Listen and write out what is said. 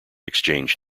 exchange